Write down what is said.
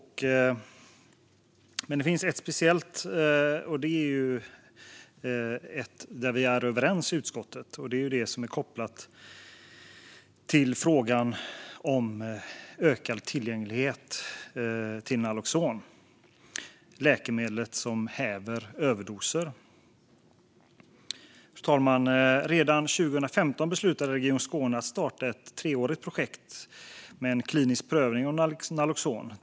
Det finns också ett speciellt förslag där vi är överens i utskottet, nämligen frågan om ökad tillgänglighet till naloxon - läkemedlet som häver överdoser. Fru talman! Redan 2015 beslutade Region Skåne att starta ett treårigt projekt med en klinisk prövning av naloxon.